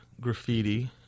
graffiti